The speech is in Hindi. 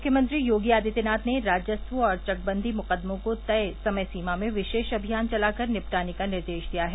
मुख्यमंत्री योगी आदित्यनाथ ने राजस्व व चकबंदी मुकदमों को तय समय सीमा में विशेष अभियान चलाकर निपटाने का निर्देश दिया है